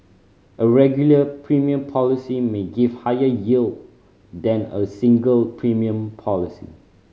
a regular premium policy may give higher yield than a single premium policy